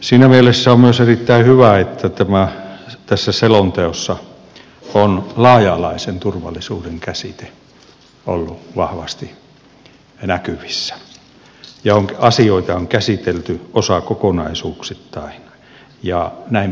siinä mielessä on myös erittäin hyvä että tässä selonteossa on laaja alaisen turvallisuuden käsite ollut vahvasti näkyvissä ja asioita on käsitelty osakokonaisuuksittain ja näin pitääkin tehdä